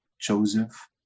Joseph